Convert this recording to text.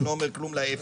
וזה לא אומר כלום לאפס,